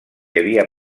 havia